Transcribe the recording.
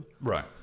right